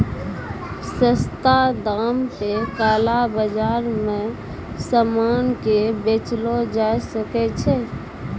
सस्ता दाम पे काला बाजार मे सामान के बेचलो जाय सकै छै